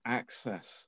access